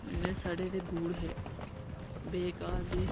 इन्ने सड़े दे बूट हे बेकार जेह्